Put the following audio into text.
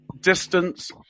distance